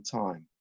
time